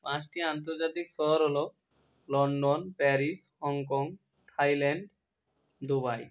পাঁচটি আন্তর্জাতিক শহর হলো London Paris Hong Kong Thailand Dubai